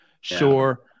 sure